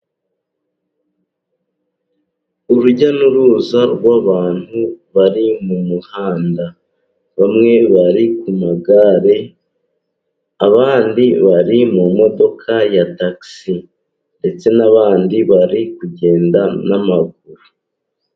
Urujya n'uruza rw'abantu bari mu muhanda. Bamwe bari ku magare, abandi bari mu modoka ya takisi, ndetse n'abandi bari kugenda n'amaguru.